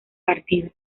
partido